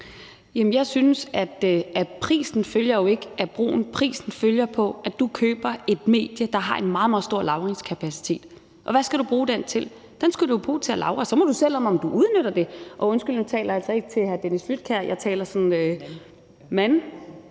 af brugen; prisen følger af, at du køber de medier, der har en meget, meget stor lagringskapacitet. Hvad skal du bruge den til? Den skal du jo bruge til at lagre, så må du selv om, om du udnytter det – undskyld, nu taler jeg altså ikke til hr. Dennis Flydtkjær; jeg har trods